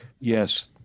Yes